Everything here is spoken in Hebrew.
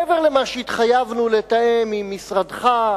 מעבר למה שהתחייבנו לתאם עם משרדך,